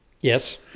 Yes